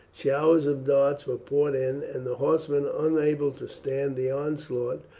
showers of darts were poured in, and the horsemen, unable to stand the onslaught,